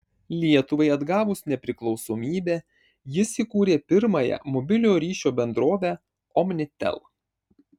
lietuvai atgavus nepriklausomybę jis įkūrė pirmąją mobiliojo ryšio bendrovę omnitel